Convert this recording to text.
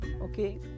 okay